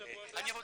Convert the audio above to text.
לדיון.